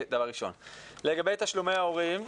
לגבי תשלומי הורים,